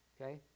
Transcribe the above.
Okay